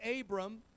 Abram